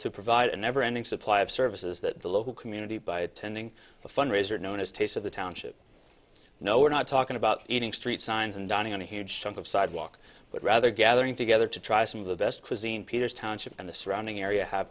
to provide a never ending supply of services that the local community by attending a fundraiser known as taste of the township no we're not talking about eating street signs and dining on a huge chunk of sidewalk but rather gathering together to try some of the best cuisine peters township and the surrounding area have